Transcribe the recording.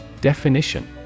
Definition